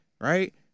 right